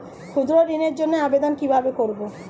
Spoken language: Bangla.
ক্ষুদ্র ঋণের জন্য আবেদন কিভাবে করব?